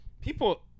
people